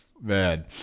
Man